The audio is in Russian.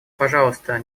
пожалуйста